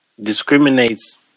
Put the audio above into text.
discriminates